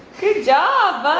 good job,